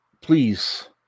please